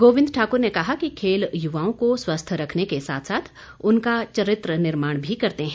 गोविन्द ठाक्र ने कहा कि खेल युवाओं को स्वस्थ रखने के साथ साथ उनका चरित्र निर्माण भी करते हैं